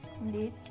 Indeed